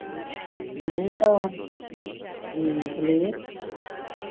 नहीं तो इसलिए